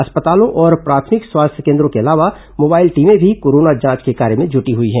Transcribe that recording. अस्पतालों और प्राथमिक स्वास्थ्य केन्द्रों के अलावा मोबाइल टीमें भी कोरोना जांच के कार्य जुटी हुई हैं